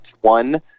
One